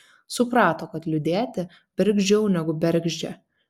suprato kad liūdėti bergždžiau negu bergždžia